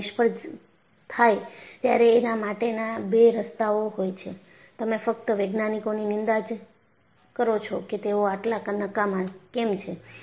જ્યારે એ નિષ્ફળ થાય ત્યારે એના માટેના બે રસ્તાઓ હોય છે તમે ફક્ત વૈજ્ઞાનિકોની નિંદા જ કરો છો કે તેઓ આટલા નકામા કેમ છે